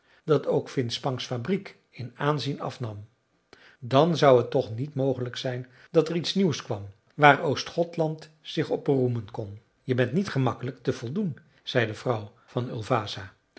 dat ook finspangs fabriek in aanzien afnam dan zou het toch niet mogelijk zijn dat er iets neuws kwam waar oostgothland zich op beroemen kon je bent niet gemakkelijk te voldoen zei de vrouw van